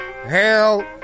Hell